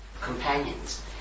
companions